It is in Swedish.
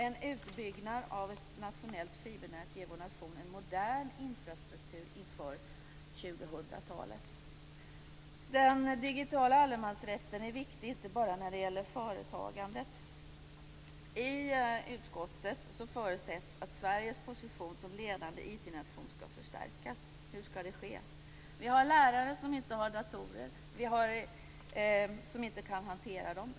En utbyggnad av ett nationellt fibernät ger vår nation en modern infrastruktur inför Den digitala allemansrätten är viktig inte bara när det gäller företagandet. I utskottet förutsätts att Sveriges position som ledande IT-nation skall förstärkas. Hur skall det ske? Det finns lärare som inte har datorer och som inte kan hantera dem.